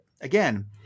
again